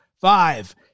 five